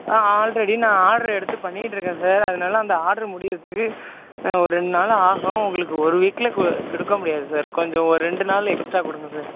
ஆ already நான் order எடுத்து பண்ணிகிட்டு இருக்கேன் சார் அதனால் அந்த ஆர்டர் முடிகிறத்துக்கு ஒரு ரெண்டு நாள் ஆகும் உங்களுக்கு ஒரு வீக்கில் குடுக் கொடுக்க முடியாது சார் கொஞ்சம் ஒரு ரெண்டு நாள் எக்ஸ்ட்ரா கொடுங்க சார்